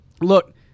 Look